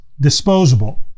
disposable